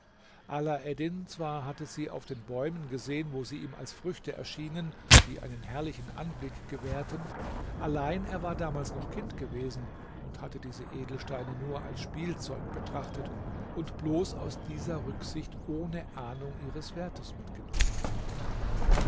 alaeddin zwar hatte sie auf den bäumen gesehen wo sie ihm als früchte erschienen die einen herrlichen anblick gewährten allein er war damals noch kind gewesen und hatte diese edelsteine nur als spielzeug betrachtet und bloß aus dieser rücksicht ohne ahnung ihres wertes mitgenommen